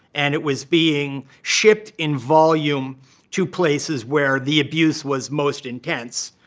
and it was being shipped in volume to places where the abuse was most intense.